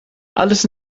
alles